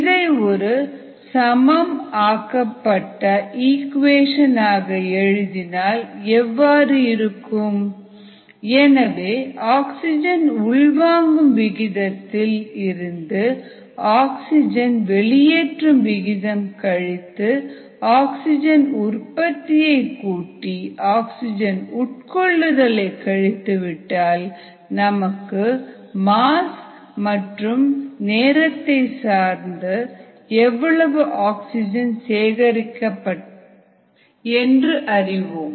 இதை ஒரு சமம் ஆக்கப்பட்ட ஈக்குவேஷன் ஆக எழுதினால் இவ்வாறு இருக்கும் ri ro rg rcdmdt எனவே ஆக்ஸிஜன் உள்வாங்கும் விகிதத்தில் இருந்து ஆக்ஸிஜன் வெளியேற்றும் விகிதம் கழித்து ஆக்சிஜன் உற்பத்தியைக் கூட்டி ஆக்சிஜன் உட்கொள்ளுதலை கழித்துவிட்டால் நமக்கு மாஸ் மற்றும் நேரத்தை சார்ந்து எவ்வளவு ஆக்சிஜன் சேகரிக்கப்பட்டது என்று அறிவோம்